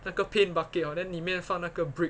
那个 paint bucket orh then 里面放那个 brick